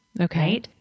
Okay